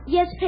Yes